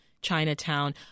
Chinatown